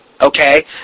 okay